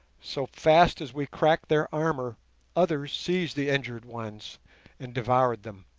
so fast as we cracked their armour others seized the injured ones and devoured them,